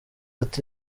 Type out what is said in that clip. ati